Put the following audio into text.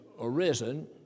arisen